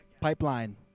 pipeline